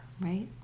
right